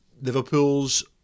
Liverpool's